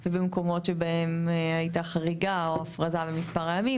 ובמקומות שבהם הייתה חריגה או הפרזה במספר הימים,